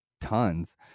tons